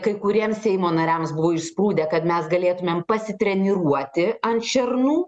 kai kuriems seimo nariams buvo išsprūdę kad mes galėtumėm pasitreniruoti ant šernų